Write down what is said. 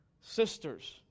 Sisters